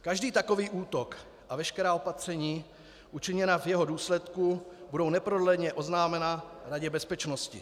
Každý takový útok a veškerá opatření učiněná v jeho důsledku budou neprodleně oznámena Radě bezpečnosti.